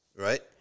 right